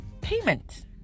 payment